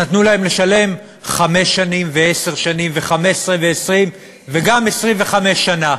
נתנו להם לשלם חמש שנים ועשר שנים ו-15 ו-20 וגם 25 שנה,